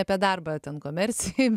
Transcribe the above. apie darbą ten komercijoj